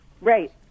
Right